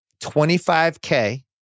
25K